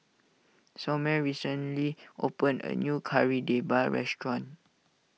Somer recently opened a new Kari Debal restaurant